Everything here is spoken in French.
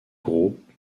groupe